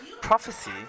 prophecy